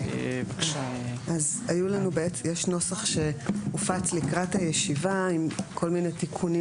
יש נוסח שהופץ לקראת הישיבה ובו תיקונים